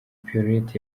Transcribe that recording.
pierrot